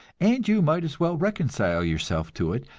and you might as well reconcile yourself to it,